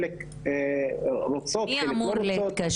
כמובן, חלק רוצות, חלק לא רוצות.